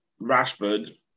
Rashford